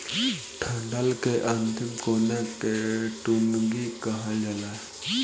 डंठल के अंतिम कोना के टुनगी कहल जाला